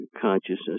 consciousness